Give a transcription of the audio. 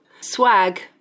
swag